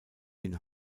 bin